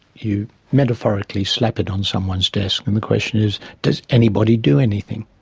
you metaphorically slap it on someone's desk and the question is does anybody do anything?